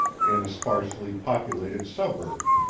in a sparsely populated suburb.